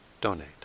donate